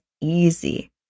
easy